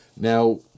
Now